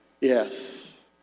Yes